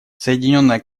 соединенное